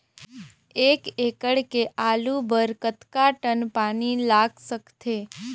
एक एकड़ के आलू बर कतका टन पानी लाग सकथे?